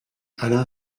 alain